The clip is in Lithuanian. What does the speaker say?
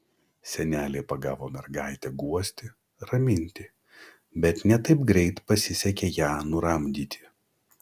senelė pagavo mergaitę guosti raminti bet ne taip greit pasisekė ją nuramdyti